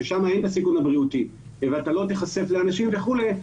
שם אין את הסיכון הבריאותי ואתה לא תיחשף לאנשים וכולי,